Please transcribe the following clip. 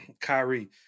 Kyrie